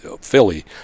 philly